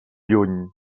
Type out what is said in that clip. lluny